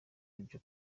ibyo